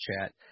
Chat